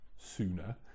sooner